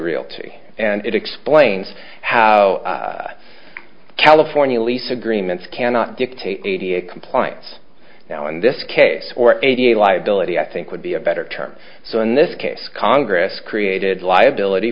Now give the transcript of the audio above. realty and it explains how california lease agreements cannot dictate compliance now in this case or any liability i think would be a better term so in this case congress created liability